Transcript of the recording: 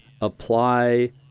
apply